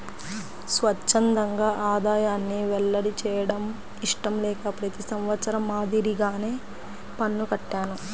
స్వఛ్చందంగా ఆదాయాన్ని వెల్లడి చేయడం ఇష్టం లేక ప్రతి సంవత్సరం మాదిరిగానే పన్ను కట్టాను